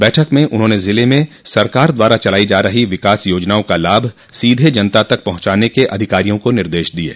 बैठक में उन्होंने जिले में सरकार द्वारा चलाई जा रही विकास योजनाओं का लाभ सीधे जनता तक पहुंचाने के अधिकारियों को निर्देश दिये